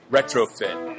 Retrofit